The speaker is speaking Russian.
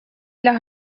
для